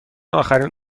آخرین